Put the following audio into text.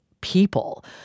people